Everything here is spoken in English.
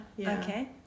okay